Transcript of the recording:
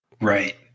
Right